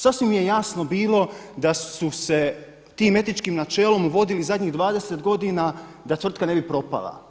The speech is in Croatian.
Sasvim je jasno bilo da su se tim etičkim načelom vodili zadnjih 20 godina da tvrtka ne bi propala.